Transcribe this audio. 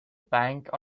bank